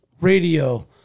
radio